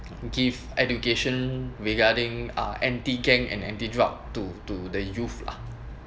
give education regarding uh anti-gang and anti-drug to to the youth lah